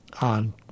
on